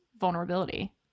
vulnerability